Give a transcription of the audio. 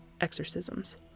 exorcisms